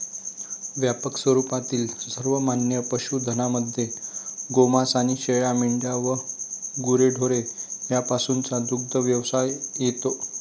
व्यापक स्वरूपातील सर्वमान्य पशुधनामध्ये गोमांस आणि शेळ्या, मेंढ्या व गुरेढोरे यापासूनचा दुग्धव्यवसाय येतो